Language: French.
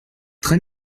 très